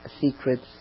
secrets